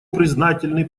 признательны